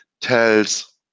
tells